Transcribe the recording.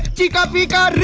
chika bika